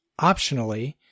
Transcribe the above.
optionally